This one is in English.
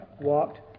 walked